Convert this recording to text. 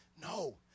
No